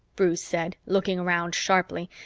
bruce said, looking around sharply,